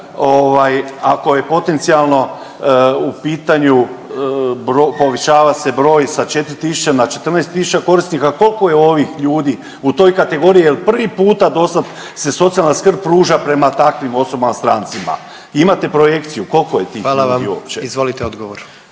ako je potencijalno u pitanju povećava se broj sa 4.000 na 14.000 korisnika koliko je ovih ljudi u toj kategoriji jel prvi puta do sad se socijalna skrb pruža prema takvim osobama strancima? Imate projekciju koliko je tih ljudi uopće? **Jandroković, Gordan